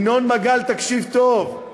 ינון מגל, תקשיב טוב,